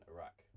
Iraq